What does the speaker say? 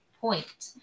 Point